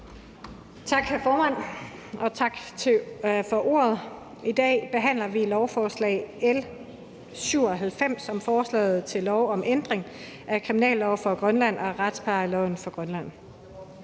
Tak, hr. formand, og tak for ordet. I dag behandler vi lovforslag L 97, som er forslag til lov om ændring af kriminallov for Grønland og retsplejelov for Grønland.